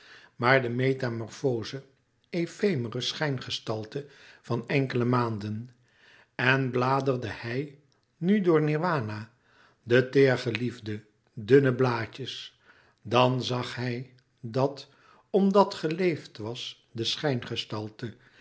maar de metamorfoze efemere schijngestalte van enkele maanden en bladerde hij nu door nirwana de teêrgeliefde dunne blaadjes dan zag hij dat omdat geleefd was de